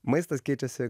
maistas keičiasi